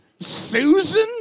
Susan